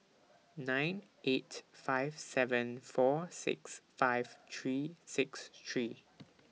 nine eight five seven four six five three six three